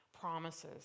promises